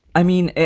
i mean,